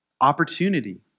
opportunity